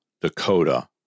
Dakota